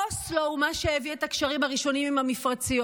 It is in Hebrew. אוסלו הוא מה שהביא את הקשרים הראשוניים עם המפרציות,